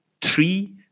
three